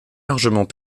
largement